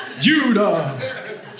Judah